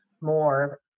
more